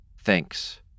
Thanks